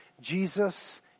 Jesus